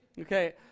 Okay